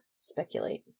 speculate